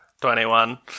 Twenty-one